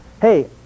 hey